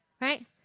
Right